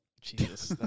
jesus